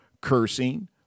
cursing